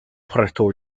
puerto